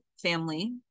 family